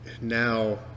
now